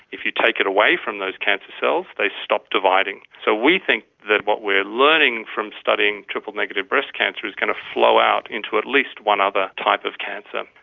if you take it away from those cancer cells, they stop dividing. so we think that what we are learning from studying triple-negative breast cancer is going to flow out into at least one other type of cancer.